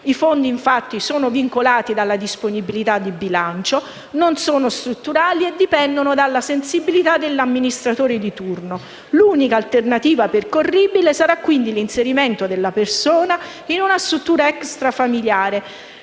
I fondi infatti sono vincolati dalla disponibilità di bilancio, non sono strutturali e dipendono dalla sensibilità dell'amministratore di turno. L'unica alternativa percorribile sarà quindi l'inserimento della persona con disabilità in una «struttura extrafamiliare»,